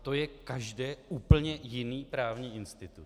To je každé úplně jiný právní institut.